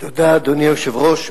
אדוני היושב-ראש,